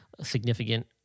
significant